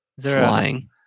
Flying